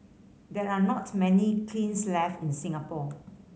there are not many kilns left in Singapore